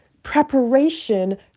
preparation